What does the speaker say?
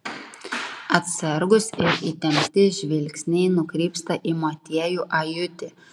atsargūs ir įtempti žvilgsniai nukrypsta į motiejų ajutį